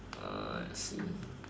err let's see